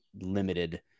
limited